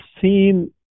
seen